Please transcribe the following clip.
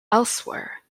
elsewhere